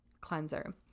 cleanser